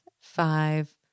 Five